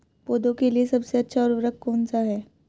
पौधों के लिए सबसे अच्छा उर्वरक कौन सा है?